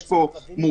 יש פה מורכבות,